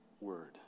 word